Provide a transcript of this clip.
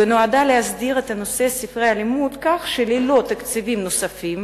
ונועדה להסדיר את נושא ספרי הלימוד כך שללא תקציבים נוספים